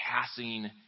passing